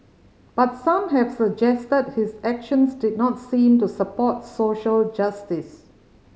but some have suggested his actions did not seem to support social justice